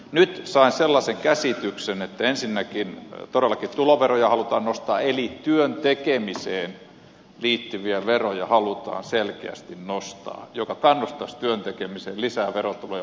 nyt sain sellaisen käsityksen että ensinnäkin todellakin tuloveroja halutaan nostaa eli työn tekemiseen liittyviä veroja halutaan selkeästi nostaa mikä kannustaisi työn tekemiseen tulisi lisää verotuloja valtiolle